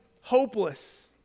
hopeless